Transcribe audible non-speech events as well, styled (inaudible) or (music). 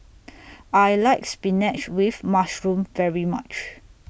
(noise) I like Spinach with Mushroom very much